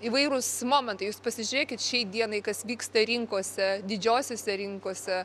įvairūs momentai jūs pasižiūrėkit šiai dienai kas vyksta rinkose didžiosiose rinkose